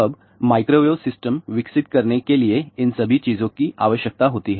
अब microwave system विकसित करने के लिए इन सभी चीजों की आवश्यकता होती है